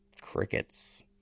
Crickets